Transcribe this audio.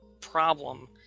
problem